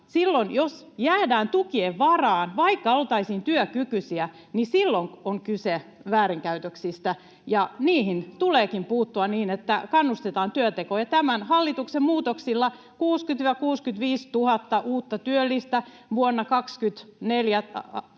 silloin jos jäädään tukien varaan, vaikka oltaisiin työkykyisiä, niin silloin on kyse väärinkäytöksistä, ja niihin tuleekin puuttua, niin että kannustetaan työntekoon. Tämän hallituksen muutoksilla 60 000—65 000 uutta työllistä vuonna 24